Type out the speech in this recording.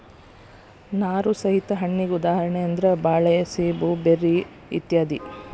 ನಾರು ಸಹಿತ ಹಣ್ಣಿಗೆ ಉದಾಹರಣೆ ಅಂದ್ರ ಬಾಳೆ ಸೇಬು ಬೆರ್ರಿ ಇತ್ಯಾದಿ